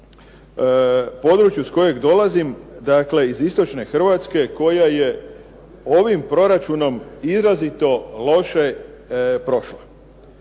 području s kojeg dolazim, dakle iz istočne Hrvatske koja je ovim proračunom izrazito loše prošla.